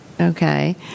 Okay